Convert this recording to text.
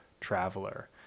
traveler